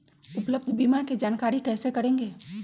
उपलब्ध बीमा के जानकारी कैसे करेगे?